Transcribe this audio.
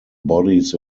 bodies